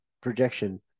projection